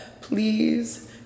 please